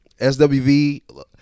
SWV